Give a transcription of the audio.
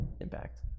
Impact